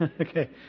Okay